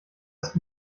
ist